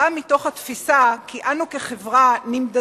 באה מתוך התפיסה כי אנו כחברה נמדדים